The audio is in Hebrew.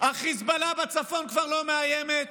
החיזבאללה בצפון כבר לא מאיימת,